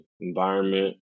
environment